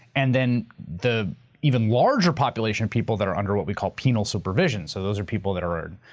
and then the even larger population of people that are under what we call penal supervision. so those are people that are